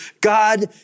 God